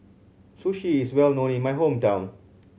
sushi is well known in my hometown